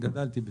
גדלתי בצים.